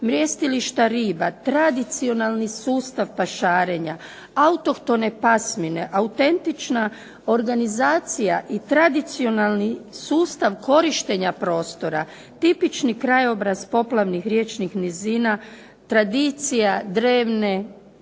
mrjestilišta riba, tradicionalni sustav pašarenja, autohtone pasmine, autentična organizacija i tradicionalni sustav korištenja prostora, tipični krajobraz poplavnih riječnih nizina, tradicija drevne